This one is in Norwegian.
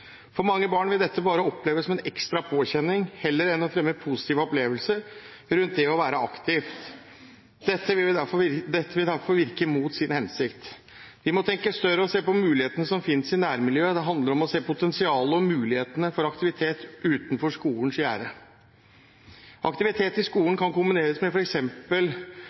For mange barn vil dette bare oppleves som en ekstra påkjenning heller enn å fremme positive opplevelser rundt det å være aktiv. Dette vil derfor virke mot sin hensikt. Vi må tenke større og se på mulighetene som finnes i nærmiljøet. Det handler om å se potensialet og mulighetene for aktivitet utenfor skolens gjerde. Aktivitet i skolen kan kombineres med